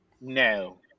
No